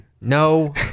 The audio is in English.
No